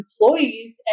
employees